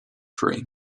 free